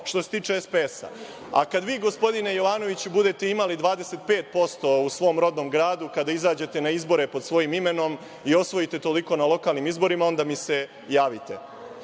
što se tiče SPS.A, kad vi, gospodine Jovanoviću, budete imali 25% u svom rodnom gradu, kada izađete na izbore pod svojim imenom i osvojite toliko na lokalnim izborima, onda mi se javite. Što